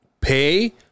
pay